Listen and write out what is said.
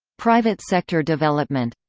private-sector development